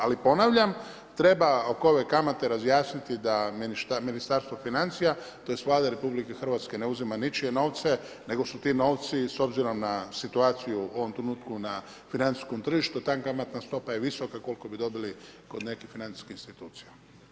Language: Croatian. Ali ponavljam treba oko ove kamate razjasniti da Ministarstvo financija, tj. Vlada RH ne uzima ničije novce, nego su ti novci s obzirom na situaciju u ovom trenutku na financijskom tržištu ta kamatna stopa je visoka koliko bi dobili kod nekih financijskih institucija.